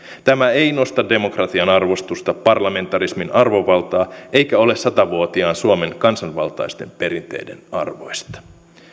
tämä ei nosta demokratian arvostusta parlamentarismin arvovaltaa eikä ole sata vuotiaan suomen kansanvaltaisten perinteiden arvoista